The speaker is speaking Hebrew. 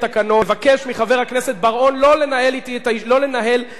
לבקש מחבר הכנסת בר-און לא לנהל את הישיבה במקומי.